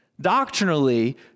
doctrinally